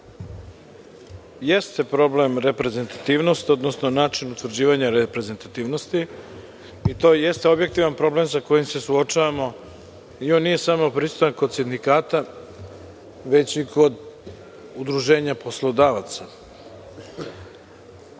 Jeste problem reprezentativnost, odnosno način utvrđivanja reprezentativnosti i to jeste objektivan problem sa kojim se suočavamo. On nije samo prisutan kod sindikata, već i kod udruženja poslodavaca. Mi